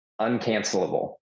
uncancelable